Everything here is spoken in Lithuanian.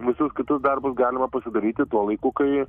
visus kitus darbus galima pasidaryti tuo laiku kai